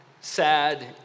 sad